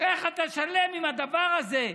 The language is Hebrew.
איך אתה שלם עם הדבר הזה?